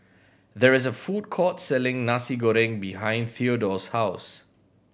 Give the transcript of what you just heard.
there is a food court selling Nasi Goreng behind Theodore's house